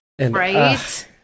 Right